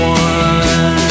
one